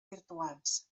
virtuals